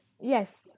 Yes